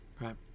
right